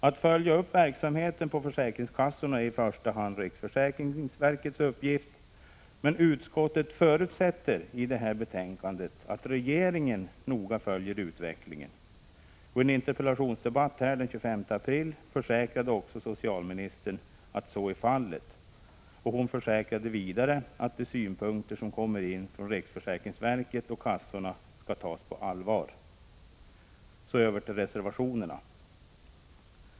Att följa upp verksamheten på försäkringskassorna är i första hand riksförsäkringsverkets uppgift, men utskottet förutsätter i detta betänkande att regeringen noga följer utvecklingen. I en interpellationsdebatt den 25 april försäkrade också socialministern att så är fallet. Hon försäkrade vidare att de synpunkter som kommer in från riksförsäkringsverket och kassorna skall tas på allvar. Så över till reservationerna.